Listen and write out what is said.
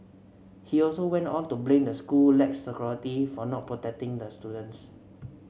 he also went on to blame the school lax security for not protecting the students